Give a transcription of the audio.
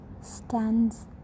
stands